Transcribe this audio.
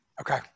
Okay